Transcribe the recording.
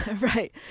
right